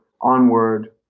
onward